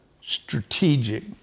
strategic